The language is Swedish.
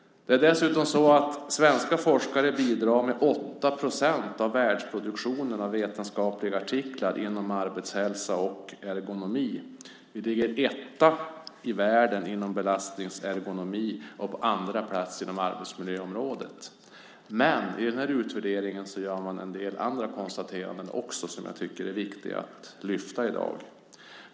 Det är dessutom så att svenska forskare bidrar med 8 procent av världsproduktionen av vetenskapliga artiklar inom arbetshälsa och ergonomi. Vi ligger etta i världen inom belastningsergonomi och på andra plats inom arbetsmiljöområdet. Men i den här utredningen gör man också en del andra konstateranden som jag tycker är viktiga att lyfta fram i dag.